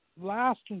Last